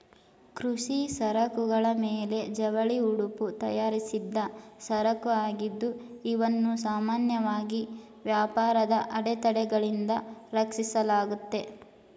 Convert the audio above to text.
ಕೃಷಿ ಸರಕುಗಳ ಮೇಲೆ ಜವಳಿ ಉಡುಪು ತಯಾರಿಸಿದ್ದ ಸರಕುಆಗಿದ್ದು ಇವನ್ನು ಸಾಮಾನ್ಯವಾಗಿ ವ್ಯಾಪಾರದ ಅಡೆತಡೆಗಳಿಂದ ರಕ್ಷಿಸಲಾಗುತ್ತೆ